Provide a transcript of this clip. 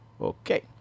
okay